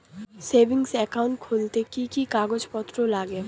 Savings account খুলতে কি কি কাগজপত্র লাগে?